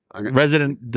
resident